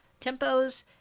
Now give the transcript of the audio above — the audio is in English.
tempos